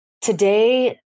today